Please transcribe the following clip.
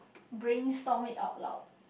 brainstorm it out loud